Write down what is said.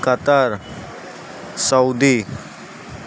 قطر سعودی